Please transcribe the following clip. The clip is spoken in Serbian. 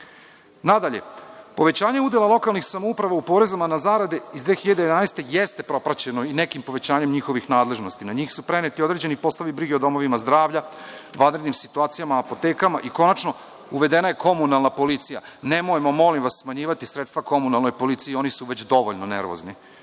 dana. Nadalje, povećanje udela lokalnih samouprava u porezu na zarade iz 2011. godine jeste propraćeno nekim povećanjem njihovih nadležnosti. Na njih su preneti određeni poslovi brige o domovima zdravlja, vanrednim situacijama, apotekama i, konačno, uvedena je komunalna policija. Nemojmo molim vas smanjivati sredstva komunalnoj policiji, jer oni su već dovoljno nervozni.U